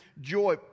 joy